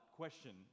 question